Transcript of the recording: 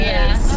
Yes